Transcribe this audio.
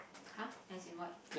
!huh! as in what